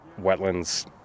wetlands